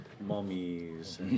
mummies